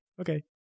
okay